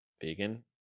vegan